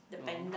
no